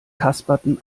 kasperten